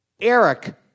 Eric